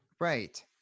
Right